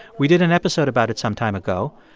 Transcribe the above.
we did an episode about it some time ago.